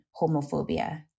homophobia